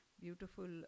beautiful